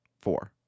four